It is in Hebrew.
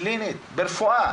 בכרי,